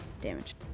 damage